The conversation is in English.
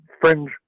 fringe